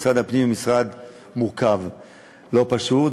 משרד הפנים הוא משרד מורכב ולא פשוט,